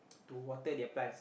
to water their plants